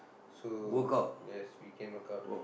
so yes we can work out